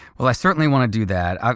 well, i certainly want to do that. ah